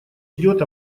идет